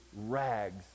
rags